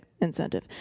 incentive